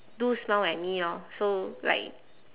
do smile at me orh so like